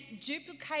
duplicate